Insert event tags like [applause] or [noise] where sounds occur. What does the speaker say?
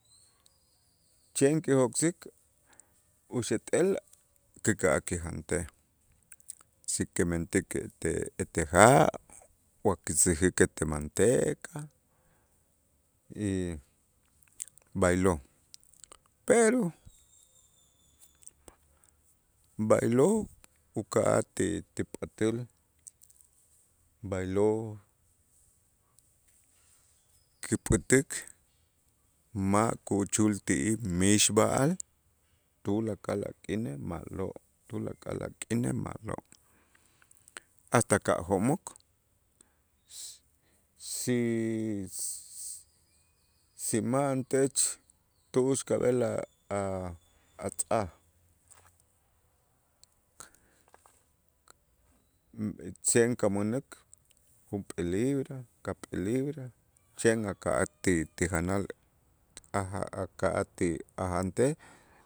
Chen kijok'sik uxeet'el kika'aj kijantej si kimentik ete ete ja' wa si [unintelligible] manteca y b'aylo', pero b'aylo' uka'aj ti pat'äl b'aylo' kipät'ik ma' kuchul ti'ij mixb'a'al tulakal a' k'inej ma'lo' tulakal a' k'inej ma'lo' hasta ka'jo'mok si si ma'antech tu'ux kab'el a' a' tzaj, chen kamänäk junp'ee libra, ka'p'ee libra chen aka'aj ti ti janal a' ja' aka'aj ti ajantej.